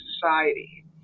Society